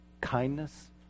kindness